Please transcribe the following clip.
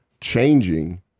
changing